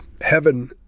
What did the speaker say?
heaven